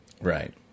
Right